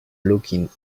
looking